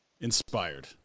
inspired